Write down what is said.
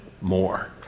more